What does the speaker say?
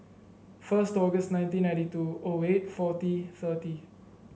first August nineteen ninety two O eight forty thirty